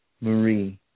Marie